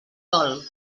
dol